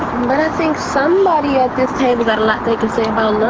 think somebody at this table got a lot they can say about